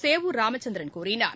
சேவூர் ராமச்சந்திரன் கூறினார்